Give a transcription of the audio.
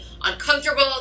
uncomfortable